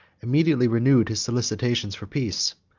immediately renewed his solicitations for peace.